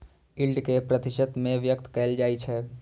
yield कें प्रतिशत मे व्यक्त कैल जाइ छै